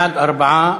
בעד, 4,